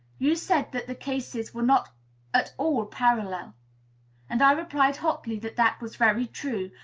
you said that the cases were not at all parallel and i replied hotly that that was very true,